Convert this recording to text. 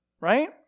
right